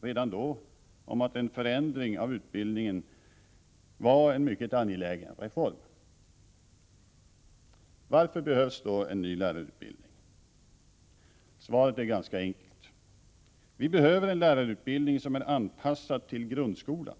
redan då överens om att en förändring av utbildningen var en mycket angelägen reform. Varför behövs en ny lärarutbildning? Svaret är ganska enkelt. Vi behöver en lärarutbildning som är anpassad till grundskolan.